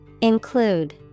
Include